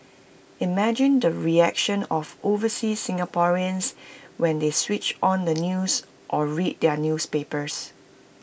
imagine the reactions of overseas Singaporeans when they switched on the news or read their newspapers